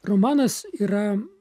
romanas yra